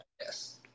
Yes